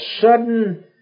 sudden